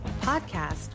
podcast